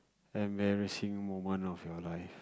embarrassing moment of your life